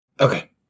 Okay